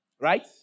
right